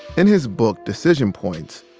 in his book, decision points,